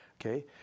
Okay